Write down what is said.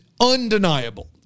undeniable